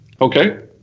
Okay